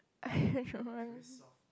I don't know I